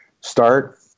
start